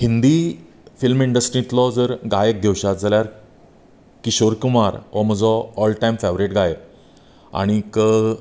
Hindi film इंडस्ट्रितलो जर गायक घेवश्यात जाल्यार किशोर कुमार हो म्हजो ऑलटायम फेवोरेट गायक आनीक